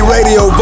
Radio